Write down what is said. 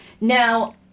now